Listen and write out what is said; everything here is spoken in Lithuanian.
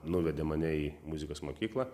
nuvedė mane į muzikos mokyklą